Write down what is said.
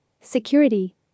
Security